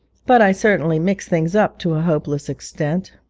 but i certainly mixed things up to a hopeless extent.